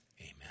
Amen